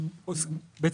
בבקשה.